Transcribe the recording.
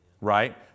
Right